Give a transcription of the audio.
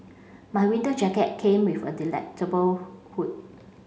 my winter jacket came with a hood